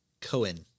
Cohen